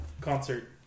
concert